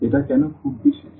এটা কেন খুব বিশেষ